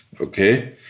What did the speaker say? okay